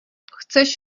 chceš